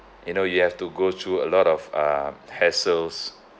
you know you have to go through a lot of uh hassles